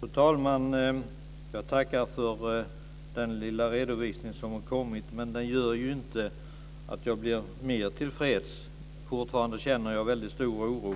Fru talman! Jag tackar för den lilla redovisning som har kommit, men den gör inte att jag blir mer tillfreds. Fortfarande känner jag stor oro,